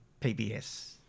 PBS